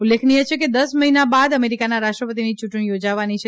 ઉલ્લેખનીય છે કે દસ મહિના બાદ અમેરિકાના રાષ્ટ્રપતિની ચૂંટણી યોજાવાની છે